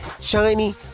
shiny